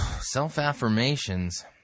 Self-affirmations